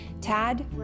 Tad